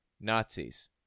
Nazis